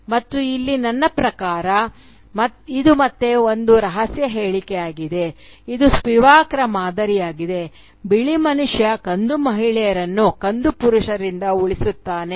ಮತ್ತು ಇಲ್ಲಿ ನನ್ನ ಪ್ರಕಾರ ಇದು ಮತ್ತೆ ಒಂದು ರಹಸ್ಯ ಹೇಳಿಕೆಯಾಗಿದೆ ಇದು ಸ್ಪಿವಾಕ್ರ ಮಾದರಿಯಾಗಿದೆ ಬಿಳಿ ಮನುಷ್ಯ ಕಂದು ಮಹಿಳೆಯರನ್ನು ಕಂದು ಪುರುಷರಿಂದ ಉಳಿಸುತ್ತಾನೆ